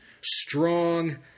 strong